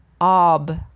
Ab